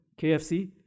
KFC